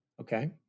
okay